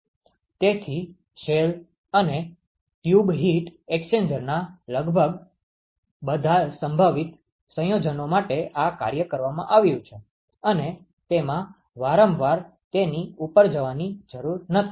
તેથી શેલ અને tube heat એક્સ્ચેન્જરના લગભગ બધા સંભવિત સંયોજનો માટે આ કાર્ય કરવામાં આવ્યું છે અને તેમાં વારંવાર તેની ઉપર જવાની જરૂર નથી